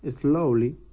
slowly